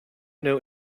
know